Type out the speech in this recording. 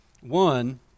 One